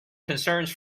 concerns